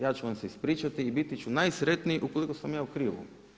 Ja ću vam se ispričati i biti ću najsretniji ukoliko sam ja u krivu.